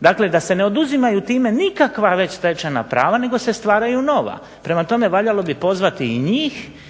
dakle da se ne oduzimaju time nikakva već stečena prava nego se stvaraju nova. Prema tome, valjalo bi pozvati i njih